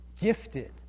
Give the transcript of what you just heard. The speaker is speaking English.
gifted